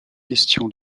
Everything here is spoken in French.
question